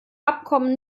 abkommen